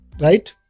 Right